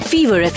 Fever